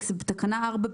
בתקנה 4,